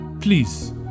Please